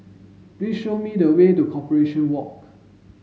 please show me the way to Corporation Walk